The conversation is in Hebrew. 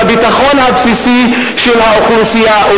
לביטחון הבסיסי של האוכלוסייה.